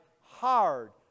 hard